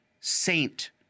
saint